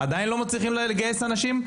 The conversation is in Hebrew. עדיין לא מצליחים לגייס אנשים?